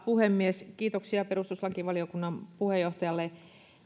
puhemies kiitoksia perustuslakivaliokunnan puheenjohtajalle